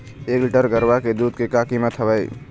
एक लीटर गरवा के दूध के का कीमत हवए?